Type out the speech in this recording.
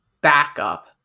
backup